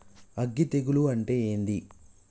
అగ్గి తెగులు అంటే ఏంది?